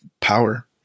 power